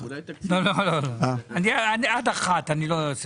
ולכן לא יכולנו להתקדם עם זה.